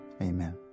amen